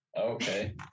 Okay